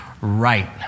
right